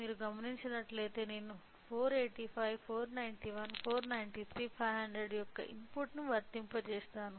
మీరు గమనించినట్లయితే నేను 485 491 493 500 యొక్క ఇన్పుట్ను వర్తింపజేసాను